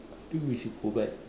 I think we should go back